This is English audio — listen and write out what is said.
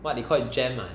what they call it gem ah